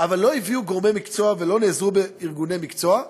אבל לא הביאו גורמי מקצוע ולא נעזרו בגופי מקצוע.